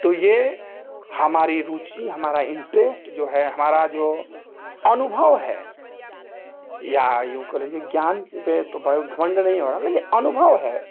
तो ये हमारी रुचि हमारा इन्टरेस्ट जो है हमारा जो अनुभव है या यूँ कह लीजिए ज्ञान पे तो बहुत घमंड नहीं है लेकिन अनुभव है